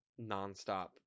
nonstop